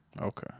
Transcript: okay